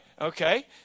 Okay